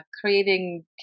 creating